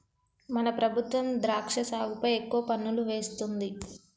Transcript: మన ప్రభుత్వం ద్రాక్ష సాగుపై ఎక్కువ పన్నులు వేస్తుంది